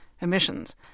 emissions